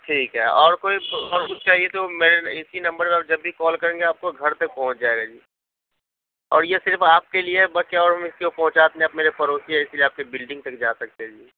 ٹھیک ہے اور کوٮٔی اور کچھ چاہیے تو میں اِسی نمبر پر آپ جب بھی کال کریں گے آپ کو گھر تک پہنچ جائے گا جی اور یہ صرف آپ کے لیے ہے باقی اور ہم اِس کو پہنچاتے نہیں آپ میرے پڑوسی ہے اِس لیے آپ کے بلڈنگ تک جا سکتے جی